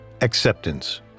acceptance